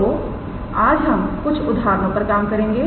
तो आज हम कुछ उदाहरणों पर काम करेंगे